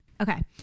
Okay